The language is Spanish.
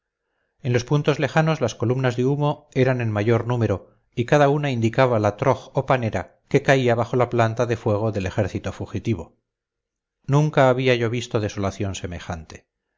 en los puntos lejanos las columnas de humo eran en mayor número y cada una indicaba la troj o panera que caía bajo la planta de fuego del ejército fugitivo nunca había yo visto desolación semejante